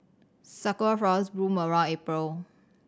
sakura flowers bloom around April